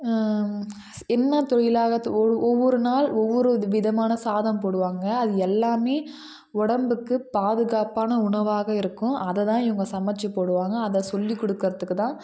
என்ன தொழிலாக ஒவ்வொரு நாள் ஒவ்வொரு விதமான சாதம் போடுவாங்க அது எல்லாமே உடம்புக்கு பாதுகாப்பான உணவாக இருக்கும் அதை தான் இவங்க சமைச்சு போடுவாங்க அதை சொல்லி கொடுக்குறதுக்கு தான்